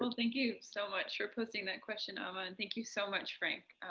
um thank you so much for posting that question ama. and thank you so much, frank.